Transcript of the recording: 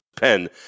pen